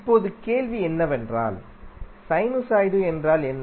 இப்போது கேள்வி என்னவென்றால் சைனுசாய்டு என்றால் என்ன